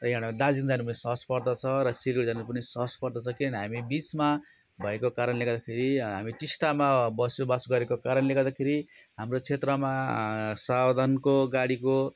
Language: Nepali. र यहाँबाट दार्जिलिङ जानु पनि सहज पर्दछ र सिलगडी जानु पनि सहज पर्दछ किन हामी बिचमा भएको कारणले गर्दा फेरि हामी टिस्टामा बसोबास गरेको कारणले गर्दाखेरि हाम्रो क्षेत्रमा सावधानको गाडीको